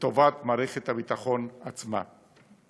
לטובת מערכת הביטחון עצמה.